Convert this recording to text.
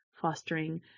fostering